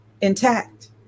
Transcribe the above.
intact